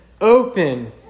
open